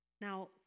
Now